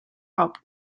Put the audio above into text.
help